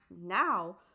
Now